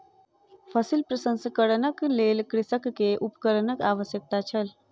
फसिल प्रसंस्करणक लेल कृषक के उपकरणक आवश्यकता छल